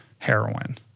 heroin